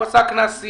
הוא עשה כנסים,